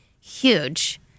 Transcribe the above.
huge